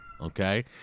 okay